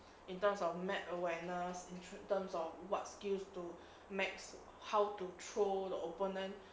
in terms of map awareness in terms of what skills to maximum how to throw the opponent